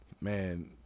man